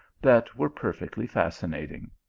that were perfectly fascinating.